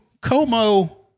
Como